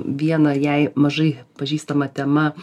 viena jai mažai pažįstama tema